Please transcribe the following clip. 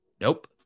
Nope